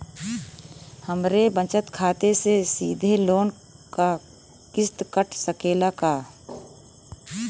हमरे बचत खाते से सीधे लोन क किस्त कट सकेला का?